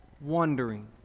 Wondering